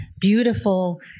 beautiful